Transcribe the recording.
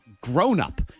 grown-up